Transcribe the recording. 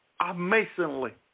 amazingly